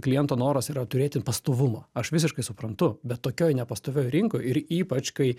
kliento noras yra turėti pastovumo aš visiškai suprantu bet tokioj nepastovioj rinkoj ir ypač kai